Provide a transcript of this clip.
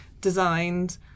designed